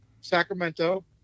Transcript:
Sacramento